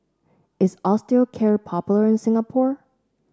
is Osteocare popular in Singapore